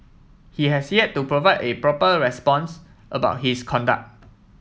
he has yet to provide a proper response about his conduct